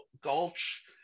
Gulch